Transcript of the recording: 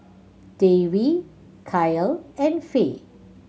Dewey Kiel and Fae